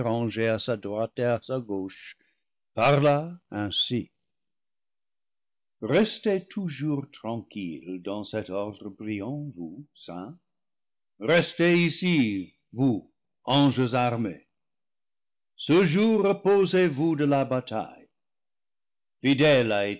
à sa gauche parla ainsi restez toujours tranquilles dans cet ordre brillant vous saints restez ici vous anges armés ce jour reposez-vous de la bataille